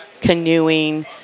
canoeing